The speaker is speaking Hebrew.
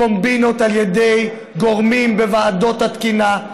קומבינות על ידי גורמים בוועדות התקינה.